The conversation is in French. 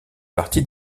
partie